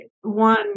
one